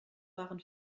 waren